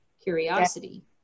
curiosity